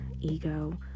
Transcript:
ego